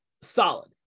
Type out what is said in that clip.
Solid